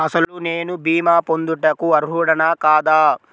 అసలు నేను భీమా పొందుటకు అర్హుడన కాదా?